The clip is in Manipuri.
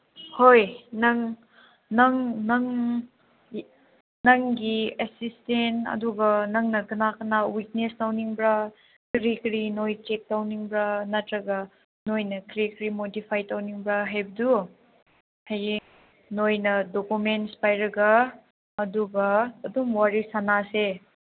ꯍꯣꯏ ꯅꯪ ꯅꯪ ꯅꯪ ꯅꯪꯒꯤ ꯑꯦꯁꯤꯁꯇꯦꯟ ꯑꯗꯨꯒ ꯅꯪꯅ ꯀꯅꯥ ꯀꯅꯥ ꯋꯤꯛꯅꯦꯁ ꯇꯧꯅꯤꯡꯕ꯭ꯔꯥ ꯀꯔꯤ ꯀꯔꯤ ꯅꯣꯏ ꯆꯦꯛ ꯇꯧꯅꯤꯡꯕ꯭ꯔꯥ ꯅꯠꯇ꯭ꯔꯒ ꯅꯣꯏ ꯀꯔꯤ ꯀꯔꯤ ꯃꯣꯗꯤꯐꯥꯏ ꯇꯧꯅꯤꯡꯕ꯭ꯔꯥ ꯍꯥꯏꯕꯗꯨ ꯍꯌꯦꯡ ꯅꯣꯏꯅ ꯗꯣꯀꯨꯃꯦꯟꯁ ꯄꯥꯏꯔꯒ ꯑꯗꯨꯒ ꯑꯗꯨꯝ ꯋꯥꯔꯤ ꯁꯥꯟꯅꯁꯦ